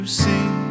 see